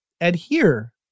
adhere